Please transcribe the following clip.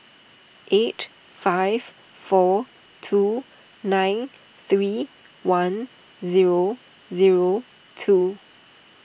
eight five four two nine three one zero zero two